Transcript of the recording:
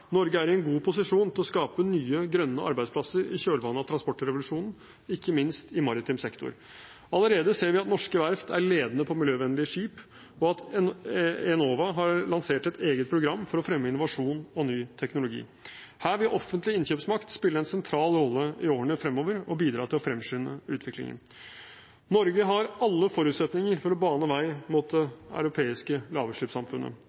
Norge er i en god posisjon til å skape nye grønne arbeidsplasser i kjølvannet av transportrevolusjonen, ikke minst i maritim sektor. Allerede ser vi at norske verft er ledende på miljøvennlige skip, og at Enova har lansert et eget program for å fremme innovasjon og ny teknologi. Her vil offentlig innkjøpsmakt spille en sentral rolle i årene fremover og bidra til å fremskynde utviklingen. Norge har alle forutsetninger for å bane vei mot det europeiske lavutslippssamfunnet,